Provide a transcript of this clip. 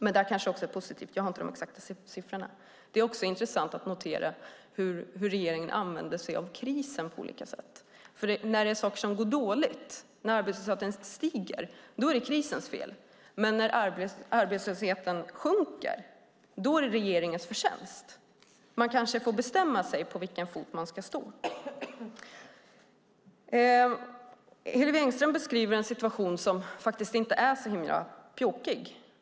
Men de kanske är positiva. Jag har inte de exakta siffrorna. Det är också intressant att notera hur regeringen använder sig av krisen på olika sätt. När något går dåligt, när arbetslösheten stiger, är det krisens fel, men när arbetslösheten sjunker är det regeringens förtjänst. Man kanske får bestämma sig för på vilken fot man ska stå. Hillevi Engström beskriver en situation som faktiskt inte är så himla pjåkig.